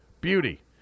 beauty